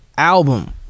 album